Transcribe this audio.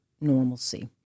normalcy